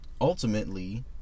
ultimately